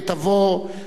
אני קובע